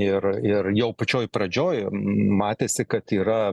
ir ir jau pačioj pradžioj matėsi kad yra